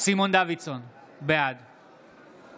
סימון דוידסון, בעד